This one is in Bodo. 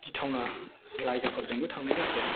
गिथावना जायगाफोरजोंबो थांनाय जाखाया